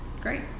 Great